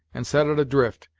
and set it adrift,